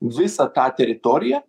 visą tą teritoriją